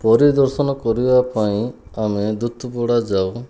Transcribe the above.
ପରିଦର୍ଶନ କରିବା ପାଇଁ ଆମେ ଦୁତିପଡ଼ା ଯାଉ